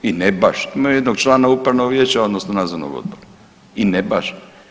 I ne baš, imaju jednog člana upravnog vijeća odnosno nadzornog odbora, i ne baš.